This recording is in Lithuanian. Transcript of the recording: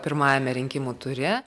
pirmajame rinkimų ture